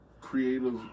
creative